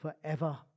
forever